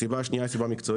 הסיבה השניה היא סיבה מקצועית,